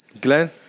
Glenn